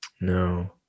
No